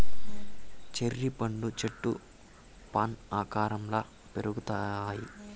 cherry పండ్ల చెట్లు fan ఆకారంల పెరుగుతాయిట